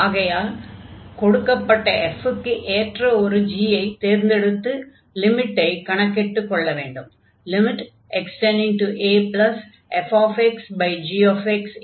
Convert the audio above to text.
ஆகையால் கொடுக்கப்பட்ட f க்கு ஏற்ற ஒரு g ஐ தேர்ந்தெடுத்து லிமிட்டை கணக்கிட்டுக் கொள்ள வேண்டும்